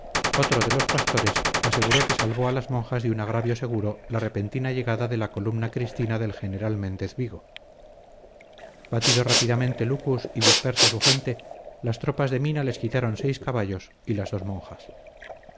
otro de los pastores aseguró que salvó a las monjas de un agravio seguro la repentina llegada de la columna cristina del general méndez vigo batido rápidamente lucus y dispersa su gente las tropas de mina les quitaron seis caballos y las dos monjas